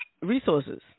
resources